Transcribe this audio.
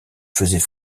faisait